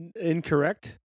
Incorrect